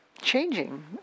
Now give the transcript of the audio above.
changing